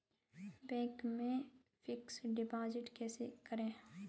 Bank में fix deposit कैसे करें?